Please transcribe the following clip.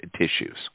tissues